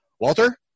Walter